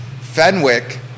Fenwick